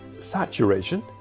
saturation